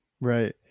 Right